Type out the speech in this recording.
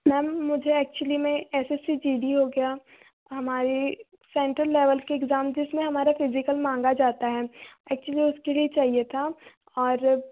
ma'am मुझे actually में S S C G D हो गया हमारे सेंट्रल लेवल के एग्ज़ाम जिसमें हमारे फिज़िकल माँगा जाता है एक्चुअली उसके लिए चाहिए था और